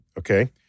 Okay